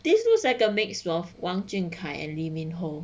this looks like a mixture of wang jun kai and lee minho